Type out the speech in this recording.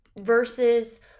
versus